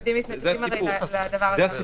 אנחנו, כמו שאתם יודעים, מתנגדים לדבר הזה.